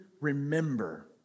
remember